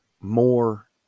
more